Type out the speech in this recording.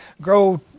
grow